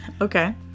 Okay